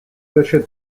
achète